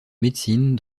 médecine